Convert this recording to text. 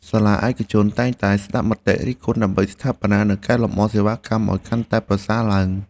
សាលាឯកជនតែងតែស្តាប់មតិរិះគន់ដើម្បីស្ថាបនានិងកែលម្អសេវាកម្មឱ្យកាន់តែប្រសើរឡើង។